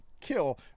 kill